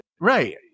Right